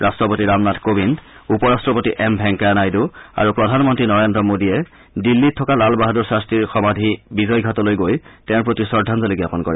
ৰট্টপতি ৰামনাথ কোবিন্দ উপ ৰাট্টপতি এম ভেংকায়া নাইডু আৰু প্ৰধানমন্তী নৰেন্দ্ৰ মোডীয়ে দিল্লীত থকা লাল বাহাদুৰ শাল্পীৰ সমাধি বিজয় ঘাটলৈ গৈ তেওঁৰ প্ৰতি শ্ৰদ্ধাজলি জাপন কৰে